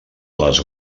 les